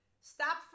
Stop